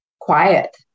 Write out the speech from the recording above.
quiet